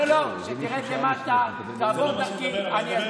רגע, תגיד לו להפסיק.